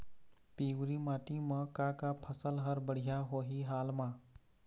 पिवरी माटी म का का फसल हर बढ़िया होही हाल मा?